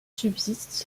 subsistent